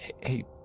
Hey